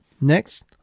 Next